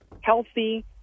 healthy